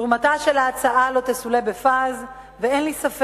תרומתה של ההצעה לא תסולא בפז, ואין לי ספק